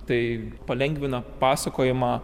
tai palengvina pasakojimą